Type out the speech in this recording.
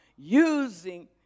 Using